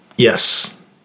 Yes